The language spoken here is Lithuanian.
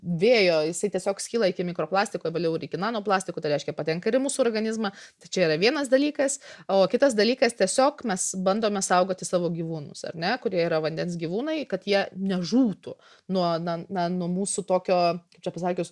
vėjo jisai tiesiog skyla iki mikroplastikų vėliau iki nanoplastikų tai reiškia patenka ir į mūsų organizmą tai čia yra vienas dalykas o kitas dalykas tiesiog mes bandome saugoti savo gyvūnus ar ne kurie yra vandens gyvūnai kad jie nežūtų nuo na na nuo mūsų tokio kaip čia pasakius